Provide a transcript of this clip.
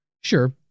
Sure